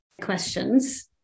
questions